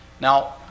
Now